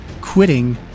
quitting